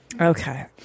okay